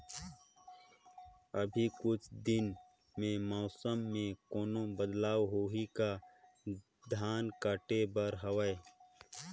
अभी कुछ दिन मे मौसम मे कोनो बदलाव होही का? धान काटे बर हवय?